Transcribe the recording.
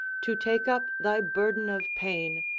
to take up thy burden of pain,